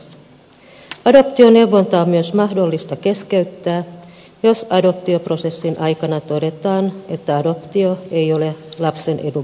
adoptioneuvonta on myös mahdollista keskeyttää jos adoptioprosessin aikana todetaan että adoptio ei ole lapsen edun mukaista